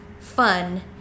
fun